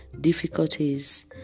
difficulties